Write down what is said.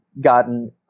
gotten